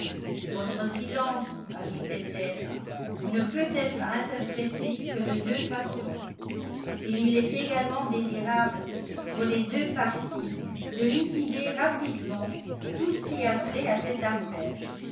votre silence ajoutait-elle ne peut être interprété que de deux façons et il est également désirable pour les deux parties de liquider rapidement tout ce qui a trait à cette affaire